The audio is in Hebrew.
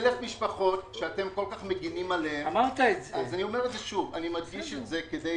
ואלף משפחות שאתם כל כך מגנים עליהם אני מדגיש את זה כדי